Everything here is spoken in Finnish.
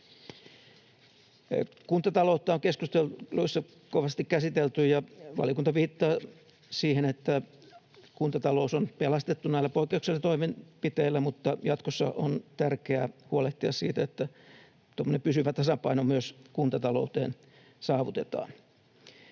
Kuntataloutta on keskusteluissa kovasti käsitelty, ja valiokunta viittaa siihen, että kuntatalous on pelastettu näillä poikkeuksellisilla toimenpiteillä mutta jatkossa on tärkeää huolehtia siitä, että tuommoinen pysyvä tasapaino saavutetaan